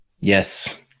Yes